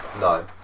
No